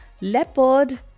leopard